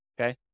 okay